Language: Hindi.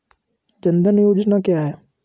जनधन योजना क्या है?